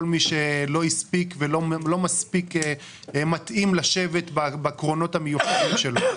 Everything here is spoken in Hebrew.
מי שלא הספיק ולא מספיק לשבת בקרונות המיוחדים שלו.